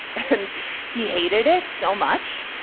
and he hated it so much,